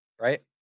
right